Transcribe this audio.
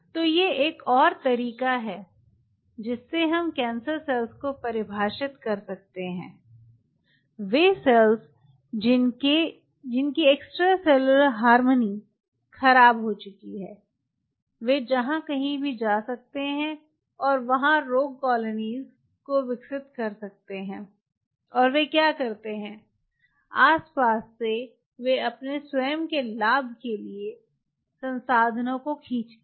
तो यह एक और तरीका है जिससे हम कैंसर सेल्स को परिभाषित कर सकते हैं वे सेल्स जिनके जिनकी एक्स्ट्रासेलुलर हार्मोनी ख़राब हो चुकी है वे जहां कहीं भी जा सकते हैं और वहां रोग कॉलोनियों को विकसित कर सकते हैं और वे क्या करते हैं आसपास से वे अपने स्वयं के लाभ के लिए संसाधनों को खींचते हैं